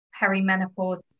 perimenopause